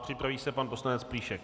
Připraví se pan poslanec Plíšek.